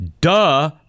duh